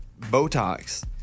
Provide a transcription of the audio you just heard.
Botox